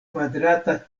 kvadrata